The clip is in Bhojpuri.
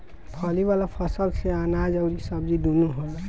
फली वाला फसल से अनाज अउरी सब्जी दूनो होला